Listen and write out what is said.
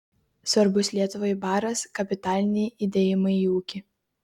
svarbus lietuvai baras kapitaliniai įdėjimai į ūkį